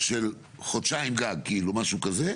של חודשיים גג, משהו כזה.